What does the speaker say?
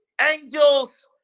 angels